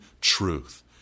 truth